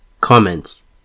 Comments